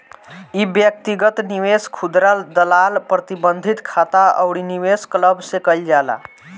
इ व्यक्तिगत निवेश, खुदरा दलाल, प्रतिबंधित खाता अउरी निवेश क्लब से कईल जाला